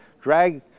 drag